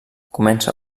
comença